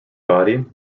body